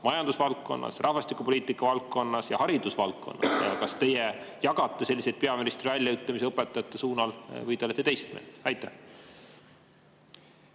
majandusvaldkonnas, rahvastikupoliitika valdkonnas ja haridusvaldkonnas? Kas te jagate peaministri väljaütlemisi õpetajate suunas või teie olete teist meelt? Aitäh,